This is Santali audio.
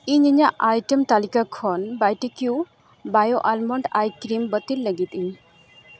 ᱤᱧ ᱤᱧᱟᱹᱜ ᱟᱭᱴᱮᱢ ᱛᱟ ᱞᱤᱠᱟ ᱠᱷᱚᱱ ᱵᱟᱭᱴᱤᱠᱤᱭᱩ ᱵᱟᱭᱳ ᱟᱞᱢᱚᱱᱰ ᱟᱭ ᱠᱨᱤᱢ ᱵᱟ ᱛᱤᱞ ᱞᱟ ᱜᱤᱫ ᱤᱧ